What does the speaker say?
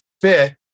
fit